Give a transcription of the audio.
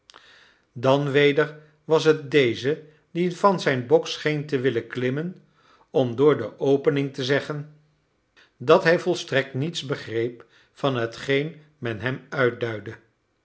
dan weder was het deze die van zijn bok scheen te willen klimmen om door de opening te zeggen dat hij volstrekt niets begreep van hetgeen men hem